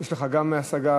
יש לך גם השגה